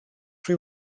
rwy